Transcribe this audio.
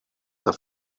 der